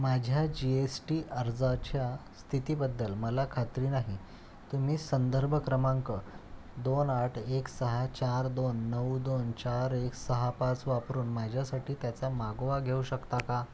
माझ्या G S T अर्जाच्या स्थितीबद्दल मला खात्री नाही तुम्ही संदर्भ क्रमांक दोन आठ एक सहा चार दोन नऊ दोन चार एक सहा पाच वापरून माझ्यासाठी त्याचा मागोवा घेऊ शकता का